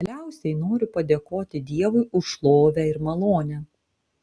galiausiai noriu padėkoti dievui už šlovę ir malonę